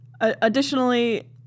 Additionally